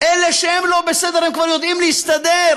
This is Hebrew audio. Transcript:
אלה שלא בסדר הם כבר יודעים להסתדר,